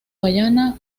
guayana